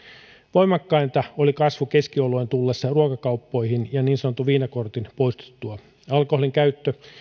voimakkainta oli kasvu keskioluen tullessa ruokakauppoihin ja niin sanotun viinakortin poistuttua alkoholinkäyttö